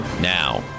now